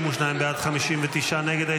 52 בעד, 59 נגד.